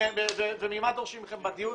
וממה שדורשים מכם בדיון.